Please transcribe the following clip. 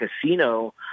casino